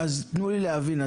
אז תנו לי להבין,